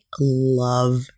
love